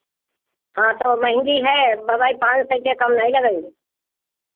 हाँ तो महंगी है अ भाई पाँच सौ से कम नहीं लगाइब